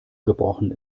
gebrochen